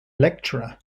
lecturer